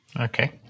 Okay